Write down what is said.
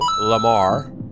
Lamar